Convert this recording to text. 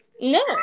No